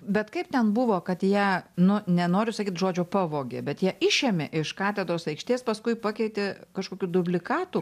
bet kaip ten buvo kad ją nu nenoriu sakyt žodžio pavogė bet ją išėmė iš katedros aikštės paskui pakeitė kažkokiu dublikatu